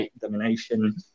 domination